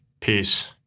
Peace